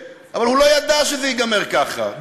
אבל הוא לא ידע שזה ייגמר ככה.